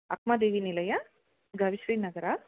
ಅಕ್ಕಮಹಾದೇವಿ ನಿಲಯ ಗರಿಶ್ರೀ ನಗರ